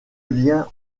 lien